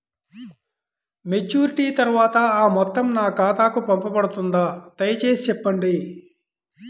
Maturity తర్వాత ఆ మొత్తం నా ఖాతాకు పంపబడుతుందా? దయచేసి చెప్పండి?